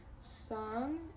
Song